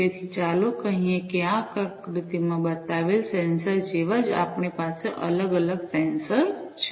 તેથી ચાલો કહીએ કે આ આકૃતિમાં બતાવેલ સેન્સર જેવા જ આપણી પાસે અલગ અલગ સેન્સર છે